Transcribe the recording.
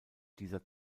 dieser